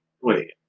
Wait